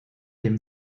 dem